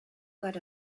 got